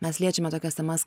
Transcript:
mes liečiame tokias temas